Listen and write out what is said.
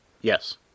Yes